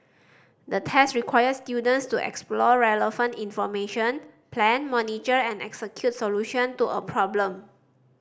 the test required students to explore relevant information plan monitor and execute solution to a problem